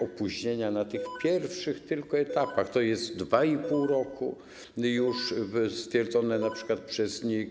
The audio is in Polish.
Opóźnienia na tych pierwszych tylko etapach to jest 2,5 roku, już stwierdzone np. przez NIK.